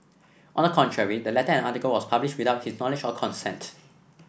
on the contrary the letter and article was published without his knowledge or consent